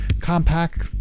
compact